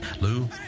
Lou